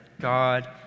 God